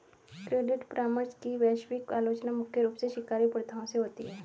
credit परामर्श की वैश्विक आलोचना मुख्य रूप से शिकारी प्रथाओं से होती है